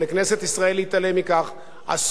אסור לציבור הישראלי להתעלם מכך,